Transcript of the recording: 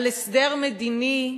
על הסדר מדיני,